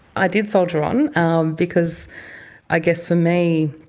i did soldier on because i guess for me,